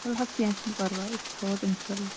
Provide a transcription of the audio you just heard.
وَلہٕ حظ کیٚنٛہہ چھُنہٕ پَرواے أسۍ تھاوَو اِنشاء اللہ